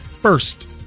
First